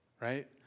right